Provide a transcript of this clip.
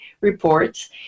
reports